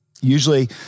usually